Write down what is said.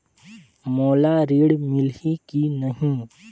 मोला ऋण मिलही की नहीं?